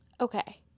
Okay